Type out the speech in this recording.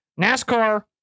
NASCAR